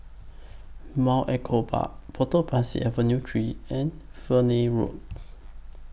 Mount Echo Park Potong Pasir Avenue three and Fernvale Road